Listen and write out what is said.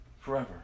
Forever